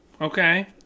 Okay